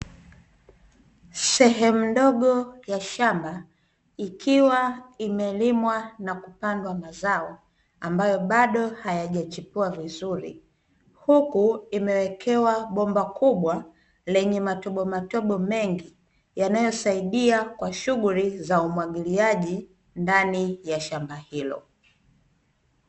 Sehemu ndogo ya shamba ikiwa imelimwa na kupandwa mazao, ambayo bado hayajachipua vizuri, huku imewekewa bomba kubwa lenye matobo matobo mengi, yanayosaidia kwa shughuli za umwagiliaji ndani ya shamba hilo.